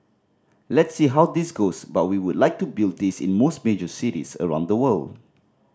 let's see how this goes but we would like to build this in most major cities around the world